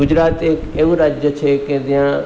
ગુજરાત એક એવું રાજ્ય છે કે જ્યાં